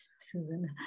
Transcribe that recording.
Susan